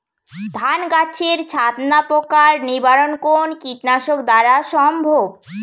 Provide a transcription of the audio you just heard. ধান গাছের ছাতনা পোকার নিবারণ কোন কীটনাশক দ্বারা সম্ভব?